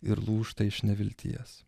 ir lūžta iš nevilties